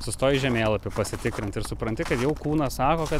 sustoji žemėlapį pasitikrint ir supranti kad jau kūnas sako kad